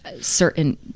certain